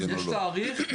יש תאריך?